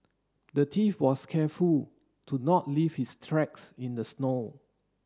the thief was careful to not leave his tracks in the snow